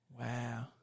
Wow